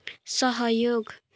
सहयोग